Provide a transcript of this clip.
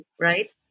right